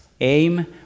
Aim